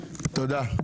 תודה.